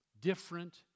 different